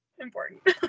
important